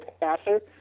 passer